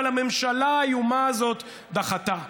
אבל הממשלה האיומה הזאת דחתה.